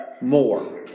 more